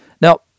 Now